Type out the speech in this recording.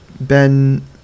Ben